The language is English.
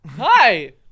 hi